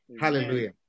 hallelujah